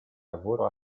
lavoro